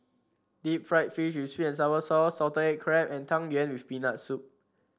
Deep Fried Fish with sweet and sour sauce Salted Egg Crab and Tang Yuen with Peanut Soup